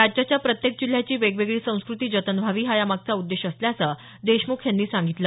राज्याच्या प्रत्येक जिल्ह्याची वेगवेगळी संस्कृती जतन व्हावी हा या मागचा उद्देश असल्याचं देशमुख यांनी सांगितलं